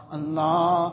Allah